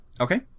Okay